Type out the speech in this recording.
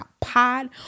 pod